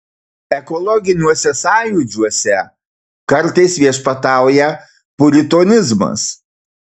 ekologiniuose sąjūdžiuose kartais viešpatauja puritonizmas